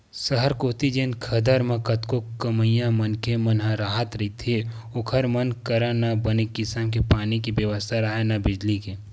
सहर कोती जेन खदर म कतको कमइया मनखे मन ह राहत रहिथे ओखर मन करा न बने किसम के पानी के बेवस्था राहय, न बिजली के